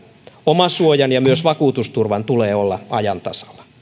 omasuojan ja myös vakuutusturvan tulee olla ajan tasalla